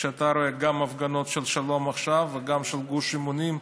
כשאתה רואה גם הפגנות של שלום עכשיו וגם של גוש אמונים,